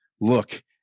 look